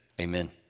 Amen